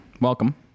welcome